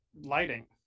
lighting